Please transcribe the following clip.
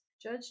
Judge